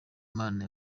imana